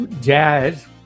Jazz